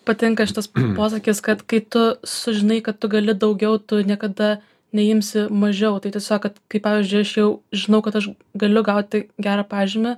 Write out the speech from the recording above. patinka šitas posakis kad kai tu sužinai kad tu gali daugiau tu niekada neimsi mažiau tai tiesiog kad pavyzdžiui aš jau žinau kad aš galiu gauti gerą pažymį